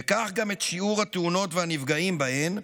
וכך גם את שיעור התאונות והנפגעים בהן,